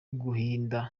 guhinda